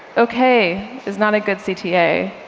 ok is not a good cta,